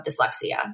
dyslexia